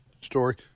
story